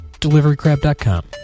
DeliveryCrab.com